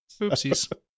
Oopsies